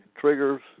triggers